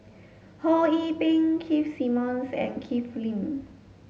Ho Yee Ping Keith Simmons and Ken Lim